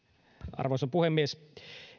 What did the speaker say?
arvoisa puhemies